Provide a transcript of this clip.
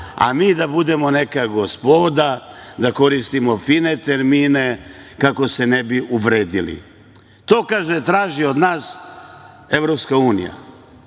a mi da budemo neka gospoda, da koristimo fine termine, kako se ne bi uvredili. To kaže, traži od nas EU. Pa, znam